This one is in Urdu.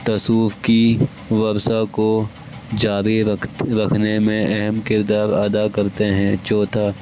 تصوف کی ورثہ کو جاری رکھ رکھنے میں اہم کردار ادا کرتے ہیں چوتھا